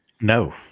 No